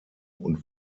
und